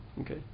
okay